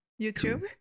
YouTube